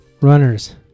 runners